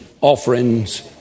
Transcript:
offerings